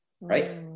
right